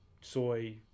soy